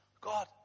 God